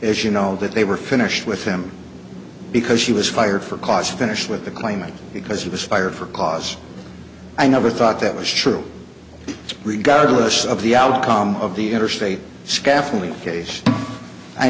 as you know that they were finished with him because she was fired for cause finished with the claimant because he was fired for cause i never thought that was true regardless of the outcome of the interstate